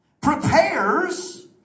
Prepares